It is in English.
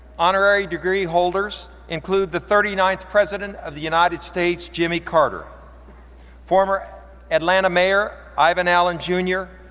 honorary degree-holders include the thirty ninth president of the united states, jimmy carter former atlanta mayor ivan allen jr.